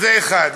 זה דבר אחד.